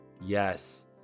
yes